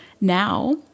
now